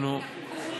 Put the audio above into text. אם הצעת החוק שלי תגרום,